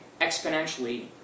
exponentially